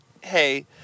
Hey